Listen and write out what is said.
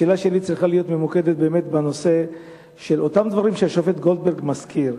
השאלה שלי צריכה להיות ממוקדת באמת באותם דברים שהשופט גולדברג מזכיר,